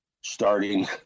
starting